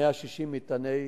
160 מטעני חבלה.